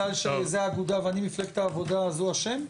בגלל שזה האגודה ואני מפלגת העבודה אז הוא אשם?